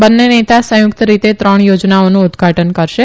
બંને નેતા સંયુકત રીતે ત્રણ યોજનાઓનું ઉદઘાટન કરશે